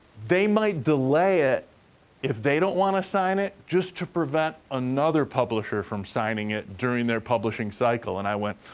they might delay it if they don't wanna sign it, just to prevent another publisher from signing it during their publishing cycle. and i went,